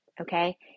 Okay